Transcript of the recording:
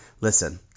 Listen